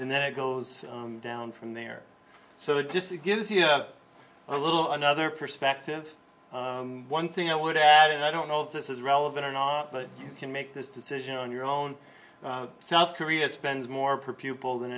and then it goes down from there so it just gives you a little another perspective one thing i would add and i don't know if this is relevant or not but you can make this decision on your own south korea spends more per pupil than